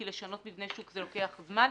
כי לשנות מבנה שוק לוקח זמן,